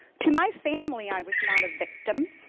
to my family i was not a victim.